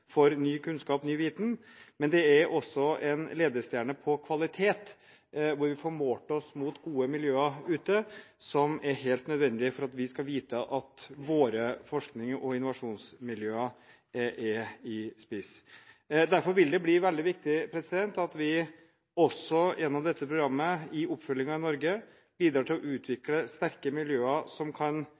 for ny kunnskap og viten. Det er også en ledestjerne på kvalitet, hvor vi får målt oss mot gode miljøer ute – som er helt nødvendig for at vi skal vite at våre forsknings- og innovasjonsmiljøer er i spiss. Derfor vil det bli veldig viktig at vi gjennom dette programmet, i oppfølgingen i Norge, bidrar til å utvikle sterke miljøer som kan